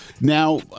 now